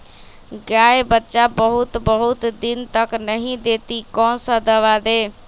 गाय बच्चा बहुत बहुत दिन तक नहीं देती कौन सा दवा दे?